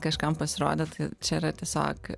kažkam pasirodė tai čia yra tiesiog